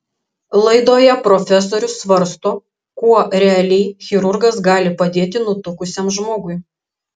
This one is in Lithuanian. laidoje profesorius svarsto kuo realiai chirurgas gali padėti nutukusiam žmogui